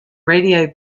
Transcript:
radio